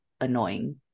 annoying